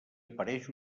apareix